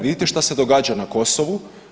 Vidite što se događa na Kosovu.